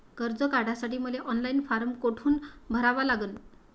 कर्ज काढासाठी मले ऑनलाईन फारम कोठून भरावा लागन?